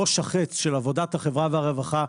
ראש החץ של עבודת החברה והרווחה,